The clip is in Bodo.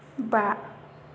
बा